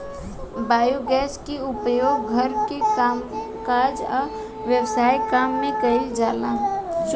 biogas के उपयोग घर के कामकाज आ व्यवसायिक काम में कइल जाला